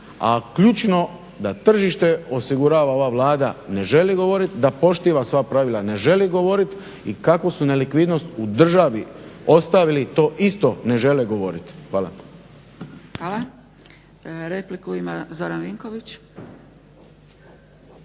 a ključno da tržište osigurava ova Vlada ne želi govorit, da poštiva svoja pravila ne želi govorit i kako su nelikvidnost u državi ostavili to isto ne žele govoriti. Hvala. **Zgrebec, Dragica (SDP)** Hvala. Repliku ima Zoran Vinković.